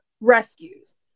rescues